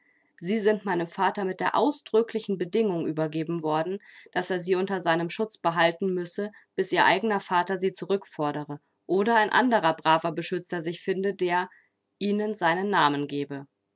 sie sind meinem vater mit der ausdrücklichen bedingung übergeben worden daß er sie unter seinem schutz behalten müsse bis ihr eigener vater sie zurückfordere oder ein anderer braver beschützer sich finde der ihnen seinen namen gebe